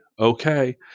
okay